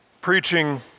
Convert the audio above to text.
preaching